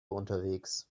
unterwegs